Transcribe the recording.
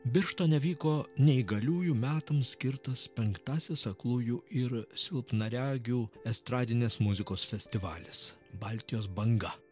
birštone vyko neįgaliųjų metams skirtas penktasis aklųjų ir silpnaregių estradinės muzikos festivalis baltijos banga